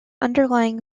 underlying